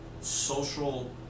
social